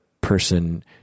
person